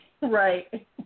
Right